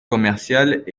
commerciales